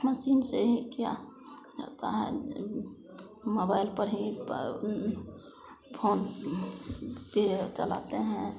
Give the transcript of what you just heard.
machine से ही किया जाता है जो मोबाइल पड़ ही फोन पे ओ चलाते हैं